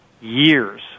years